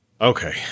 Okay